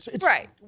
Right